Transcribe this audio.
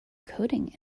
coding